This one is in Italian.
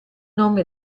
nome